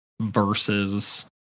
Versus